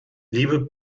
liebe